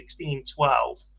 16-12